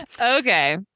Okay